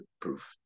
proof